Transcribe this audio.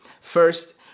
First